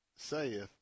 saith